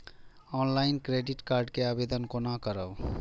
Online credit card के आवेदन कोना करब?